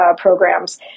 programs